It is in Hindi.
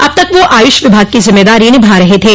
अब तक वह आयुष विभाग की जिम्मेदारी निभा रहे थे